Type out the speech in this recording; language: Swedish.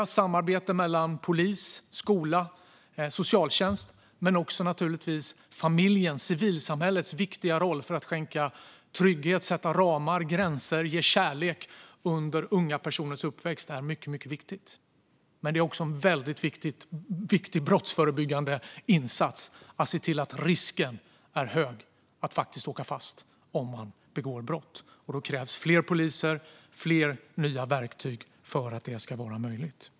Det handlar om samarbete mellan polis, skola och socialtjänst men också naturligtvis om familjens och civilsamhällets viktiga roll för att skänka trygghet, sätta ramar och gränser och ge kärlek under unga personers uppväxt. Detta är mycket viktigt. Men det är också en väldigt viktig brottsförebyggande insats att se till att risken är hög att faktiskt åka fast om man begår brott. Det krävs fler poliser och fler nya verktyg för att detta ska vara möjligt.